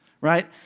right